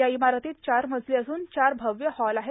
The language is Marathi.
या इमारतीत चार मजले असून चार भव्य हॉल आहेत